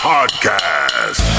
Podcast